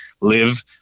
live